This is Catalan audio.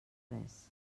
res